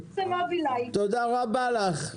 תודה רבה לך.